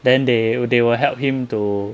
then they will they will help him to